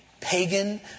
Pagan